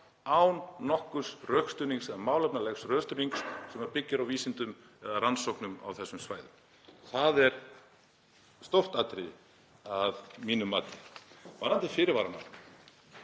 án nokkurs málefnalegs rökstuðnings sem byggir á vísindum eða rannsóknum á þessum svæðum. Það er stórt atriði að mínu mati. Varðandi fyrirvarana